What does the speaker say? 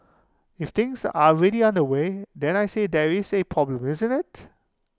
if things are already underway then I say there is A problem isn't IT